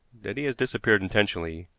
that he has disappeared intentionally,